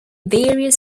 various